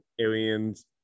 aliens